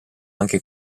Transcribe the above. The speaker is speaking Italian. anche